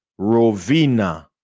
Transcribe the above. Rovina